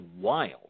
wild